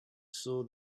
saw